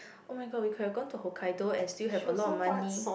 oh-my-god we can go to hokkaido and still have a lot of money